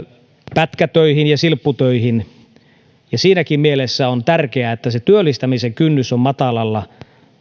pätkätöihin ja silpputöihin ja siinäkin mielessä on tärkeää että se työllistämisen kynnys on matalalla